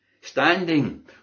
standing